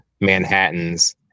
Manhattans